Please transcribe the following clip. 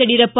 Yediyurappa